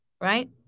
right